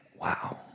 wow